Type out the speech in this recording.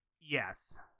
Yes